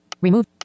Remove